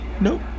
Nope